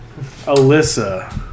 Alyssa